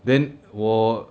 then 我